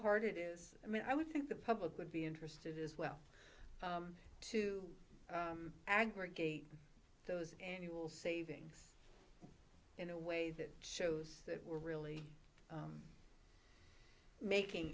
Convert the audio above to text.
hard it is i mean i would think the public would be interested as well to aggregate those annual savings in a way that shows that we're really making